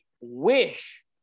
wish